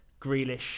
Grealish